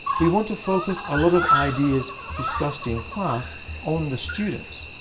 we want to focus a lot of ideas discussed in class on the students.